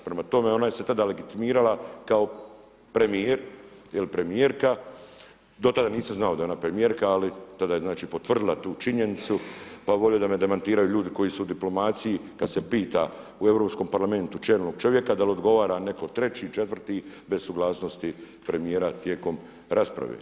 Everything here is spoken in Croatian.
Prema tome, ona se tada … kao premjer, jer primjerka, do tada nisam znao da je ona primjerka ali tada je znači potvrdila tu činjenicu, pa bi volio da me demantiraju ljudi, koji su u diplomaciju, kada se pita u Europskom parlamentu, čelnog čovjeka, da li odgovara netko treći, četvrti bez suglasnosti premjera tijekom rasprave.